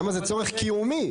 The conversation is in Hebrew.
למה זה צורך קיומי.